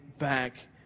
Back